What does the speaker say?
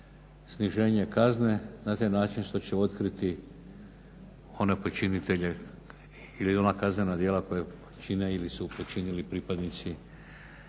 sniženje kazne na taj način što će otkriti one počinitelje ili ona kaznena djela koja čine ili su počinili pripadnici